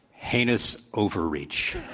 heinous overreach.